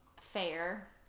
fair